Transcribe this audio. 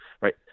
right